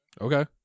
Okay